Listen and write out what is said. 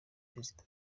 prezida